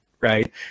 Right